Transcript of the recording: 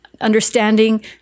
understanding